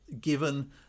given